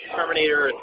Terminator